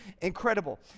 incredible